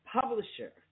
publisher